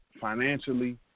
financially